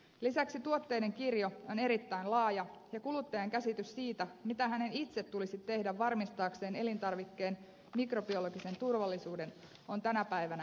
lisäksi tuotteiden kirjo on erittäin laaja ja kuluttajan käsitys siitä mitä hänen itse tulisi tehdä varmistaakseen elintarvikkeen mikrobiologisen turvallisuuden on tänä päivänä hämärtynyt